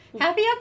happy